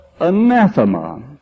anathema